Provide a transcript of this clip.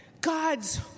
God's